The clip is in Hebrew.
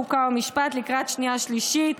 חוק ומשפט לקראת שנייה ושלישית,